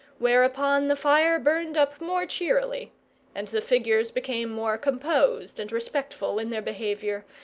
whereupon the fire burned up more cheerily and the figures became more composed and respectful in their behaviour,